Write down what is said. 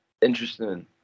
interesting